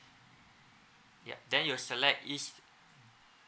yup then you'll select